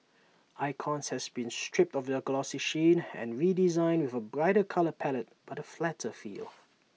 icons has been stripped of their glossy sheen and redesigned with A brighter colour palette but flatter feel